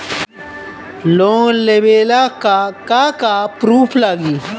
Loan लेबे ला का का पुरुफ लागि?